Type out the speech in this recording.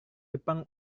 jepang